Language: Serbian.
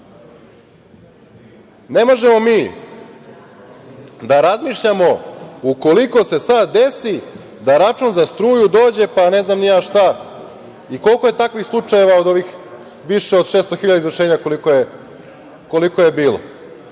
Ne možemo mi da razmišljamo ukoliko se sada desi da račun za struju dođe pa ne znam ni ja šta, koliko je takvih slučajeva od ovih više od 600 hiljada izvršenja koliko je bilo,